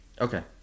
Okay